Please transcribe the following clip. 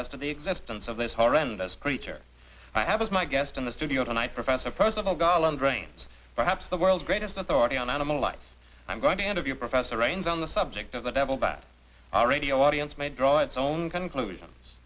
to the existence of this horrendous creature i have as my guest in the studio tonight professor percival garland brains perhaps the world's greatest authority on animal life i'm going to interview professor raines on the subject of the devil back radio audience may draw its own conclusions